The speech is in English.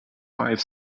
five